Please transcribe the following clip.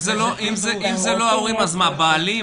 אם זה לא ההורים, אז מי, הבעלים?